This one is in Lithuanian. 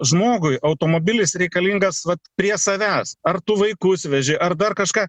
žmogui automobilis reikalingas vat prie savęs ar tu vaikus veži ar dar kažką